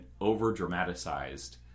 over-dramatized